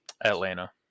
Atlanta